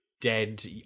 dead